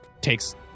takes